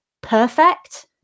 perfect